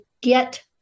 get